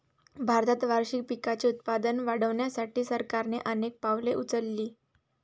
भारतात वार्षिक पिकांचे उत्पादन वाढवण्यासाठी सरकारने अनेक पावले उचलली